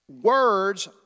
Words